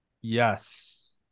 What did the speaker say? Yes